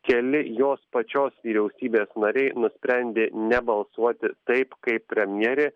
keli jos pačios vyriausybės nariai nusprendė nebalsuoti taip kaip premjerė